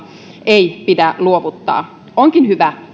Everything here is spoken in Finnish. ei pidä jättää onkin hyvä